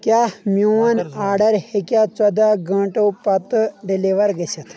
کیٛاہ میون آڈر ہٮ۪کیٛاہ ژۄدہ گٲنٛٹو پتہٕ ڈِلِور گٔژھِتھ